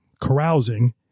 carousing